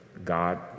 God